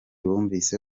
bumvise